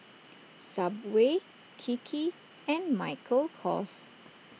Subway Kiki and Michael Kors